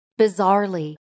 Bizarrely